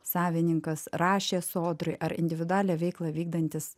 savininkas rašė sodrai ar individualią veiklą vykdantis